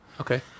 Okay